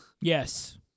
Yes